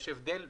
יש הבדל.